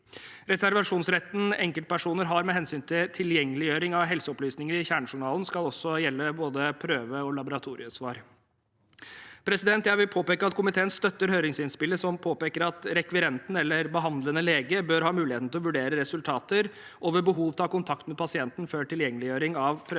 Reservasjonsretten enkeltpersoner har med hensyn til tilgjengeliggjøring av helseopplysninger i kjernejournalen, skal også gjelde både prøve- og laboratoriesvar. Jeg vil påpeke at komiteen støtter høringsinnspillet som påpeker at rekvirenten eller behandlende lege bør ha muligheten til å vurdere resultater og ved behov ta kontakt med pasienten før tilgjengeliggjøring av prøveresultatene